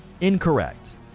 Incorrect